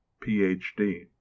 Ph.D